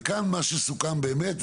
וכמה שסוכם באמת,